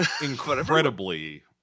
incredibly